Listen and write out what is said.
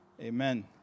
Amen